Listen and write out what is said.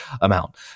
amount